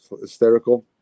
hysterical